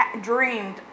dreamed